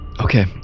okay